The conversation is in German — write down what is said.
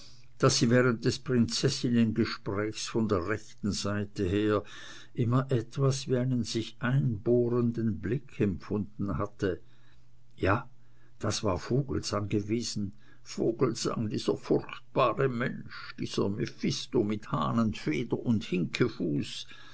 daß sie während des prinzessinnengesprächs von der rechten seite her immer etwas wie einen sich einbohrenden blick empfunden hatte ja das war vogelsang gewesen vogelsang dieser furchtbare mensch dieser mephisto mit hahnenfeder und